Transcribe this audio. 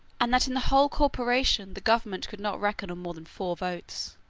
and that in the whole corporation the government could not reckon on more than four votes.